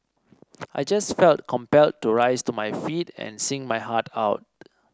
I just felt compelled to rise to my feet and sing my heart out